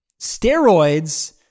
Steroids